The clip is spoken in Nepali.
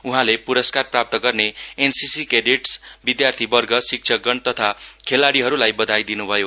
उहाँले प्रस्कार प्राप्त गर्ने एनसीसी क्याडेट्स विद्यार्थीवर्ग शिक्षकगण तथा खेलाडीहरूलाई बधाई दिनुभयो